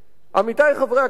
עמיתי חברי הכנסת,